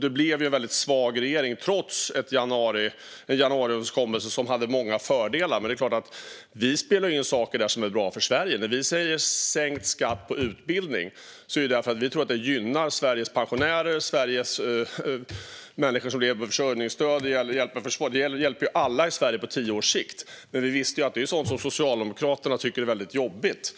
Det blev ju en svag regering trots en januariöverenskommelse som hade många fördelar, och där vi spelade in saker som var bra för Sverige. När vi sa sänkt skatt på utbildning var det för att vi tror att det gynnar Sveriges pensionärer, människor som lever på försörjningsstöd, försvaret, ja, alla i Sverige på alla tio års sikt. Men vi visste att Socialdemokraterna tyckte det var jobbigt,